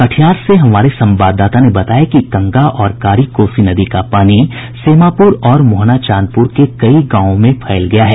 कटिहार से हमारे संवाददाता ने बताया है कि गंगा और कारी कोसी नदी का पानी सेमापुर और मोहना चांदपुर के कई गांवों में फैल गया है